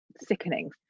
sickening